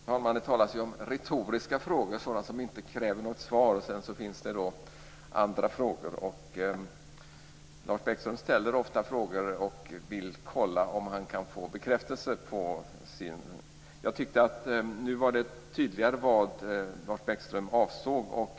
Fru talman! Det talas om retoriska frågor, sådana som inte kräver något svar. Sedan finns det andra frågor. Lars Bäckström ställer ofta frågor och vill kolla om han kan få bekräftelse. Jag tyckte att det nu var tydligare vad Lars Bäckström avsåg.